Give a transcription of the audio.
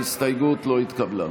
ההסתייגות לא התקבלה.